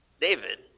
David